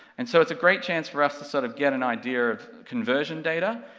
and so it's a great chance for us to sort of get an idea of conversion data,